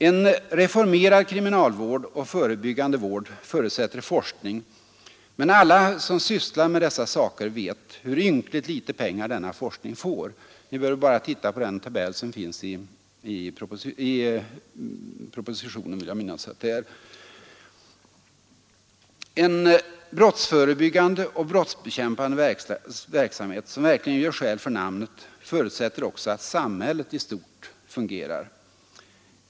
En reformerad kriminalvård och förebyggande vård förutsätter forskning, men alla som sysslar med dessa saker vet hur ynkligt litet pengar denna forskning får. Vi behöver bara titta på tabellen över detta, som jag vill minnas finns i propositionen. En brottsförebyggande och brottsbekämpande verksamhet, som verkligen gör skäl för namnet, förutsätter också att samhället i stort fungerar.